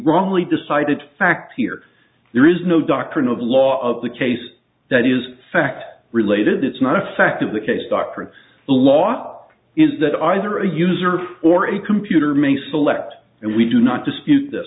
wrongly decided fact here there is no doctrine of law of the case that is fact related it's not a fact of the case doctrine the law is that either a user or a computer may select and we do not dispute th